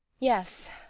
yes,